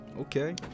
okay